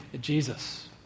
Jesus